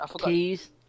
Keys